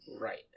right